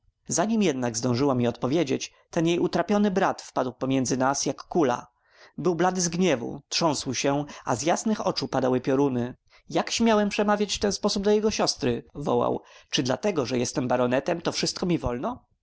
zanim jednak zdążyła mi odpowiedzieć ten jej utrapiony brat wpadł między nas jak kula był blady z gniewu trząsł się a z jasnych oczu padały pioruny jak śmiałem przemawiać w ten sposób do jego siostry wołał czy dlatego że jestem baronetem to wszystko mi wolno